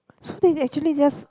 so they actually just